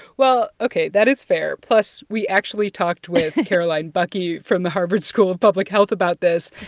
well, ok. that is fair. plus, we actually talked with. caroline buckee from the harvard school of public health about this,